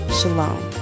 shalom